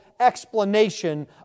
explanation